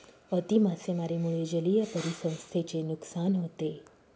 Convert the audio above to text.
अति मासेमारीमुळे जलीय परिसंस्थेचे नुकसान होते